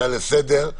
הצעה לסדר,